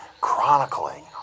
chronicling